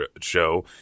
show